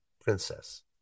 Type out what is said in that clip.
princess